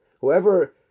Whoever